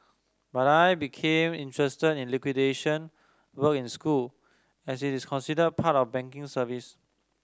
but I became interested in liquidation work in school as it is considered part of banking services